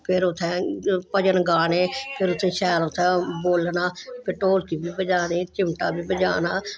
ते फिर उत्थें भजन गाने ते फिर शैल उत्थें बोलना फिर ढोलकी बी बजानी चिम्मटा बी बजाना